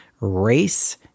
race